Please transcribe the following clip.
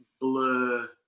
Blur